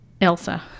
Elsa